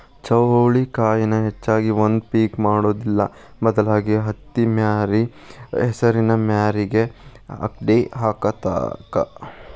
ಚೌಳಿಕಾಯಿನ ಹೆಚ್ಚಾಗಿ ಒಂದ ಪಿಕ್ ಮಾಡುದಿಲ್ಲಾ ಬದಲಾಗಿ ಹತ್ತಿಮ್ಯಾರಿ ಹೆಸರಿನ ಮ್ಯಾರಿಗೆ ಅಕ್ಡಿ ಹಾಕತಾತ